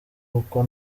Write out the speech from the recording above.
uko